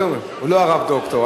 הוא לא "הרב דוקטור",